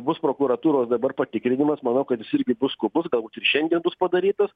bus prokuratūros dabar patikrinimas manau kad jis irgi bus skubus galbūt ir šiandien bus padarytas